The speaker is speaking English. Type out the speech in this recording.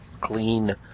clean